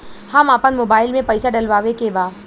हम आपन मोबाइल में पैसा डलवावे के बा?